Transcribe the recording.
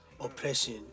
oppression